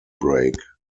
break